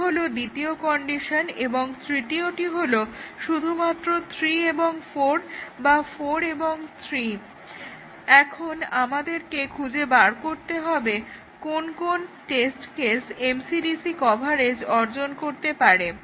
সেটা হলো দ্বিতীয় কন্ডিশন এবং তৃতীয়টি হলো শুধুমাত্র 3 এবং 4 বা 4 এবং 3ম এখন আমাদেরকে খুঁজে বার করতে হবে কোন কোন টেস্ট কেস MCDC কভারেজ অর্জন করতে পারে